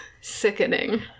sickening